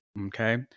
Okay